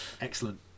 Excellent